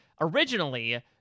originally